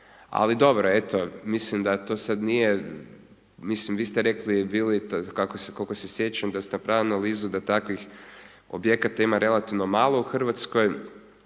Ali dobro eto, mislim da to sad nije, mislim vi ste rekli biti koliko se sjećam, da ste napravili analizu da takvih objekata ima relativno malo u Hrvatskoj,